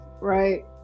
right